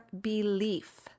belief